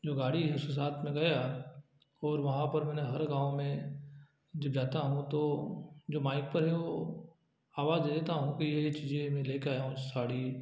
जो गाड़ी है उसके साथ में गया और वहाँ पर मैंने हर गाँव में जब जाता हूँ तो जो माइक पर है वो आवाज दे देता हूँ कि ये ये चीजें मैं लेकर आया हूँ साड़ी